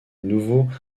nouveau